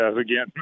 again